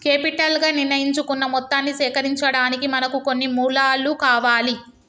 capital గా నిర్ణయించుకున్న మొత్తాన్ని సేకరించడానికి మనకు కొన్ని మూలాలు కావాలి